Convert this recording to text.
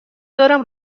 دارم